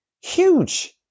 huge